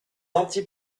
anti